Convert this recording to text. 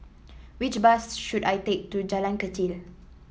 which bus should I take to Jalan Kechil